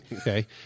Okay